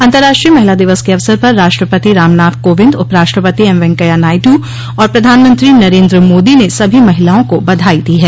अंतर्राष्ट्रीय महिला दिवस के अवसर पर राष्ट्रपति रामनाथ कोविन्द उपराष्ट्रपति एम वेंकैया नायड् और प्रधानमंत्री नरेंद्र मोदी ने सभी महिलाओं को बधाई दी है